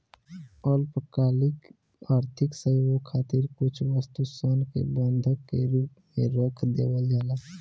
अल्पकालिक आर्थिक सहयोग खातिर कुछ वस्तु सन के बंधक के रूप में रख देवल जाला